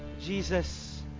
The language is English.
Jesus